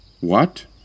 What